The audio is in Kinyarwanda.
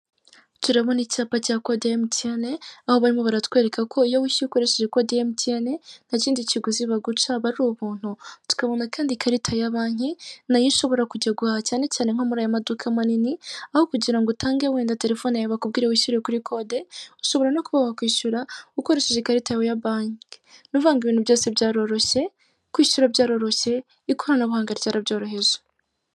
Turabona icyapa cya kode ya Emutiyene, aho barimo baratwereka ko iyo wishyuye ukoresheje kode Emutiyene nta kindi kiguzi bagucaba aba ari ubuntu, tukabona kandi ikarita ya banki nayo ushobora kujya guhaha cyane cyane nko muri aya maduka manini aho kugira ngo utange wenda telefone yawe bakubwire wishyure kuri kode, ushobora no kuba wakwishyura ukoresheje ikarita yawe ya banki. Ni ukuvuga ngo ibintu byose byaroroshye kwishyura byaroroshye ikoranabuhanga ryarabyoroheje.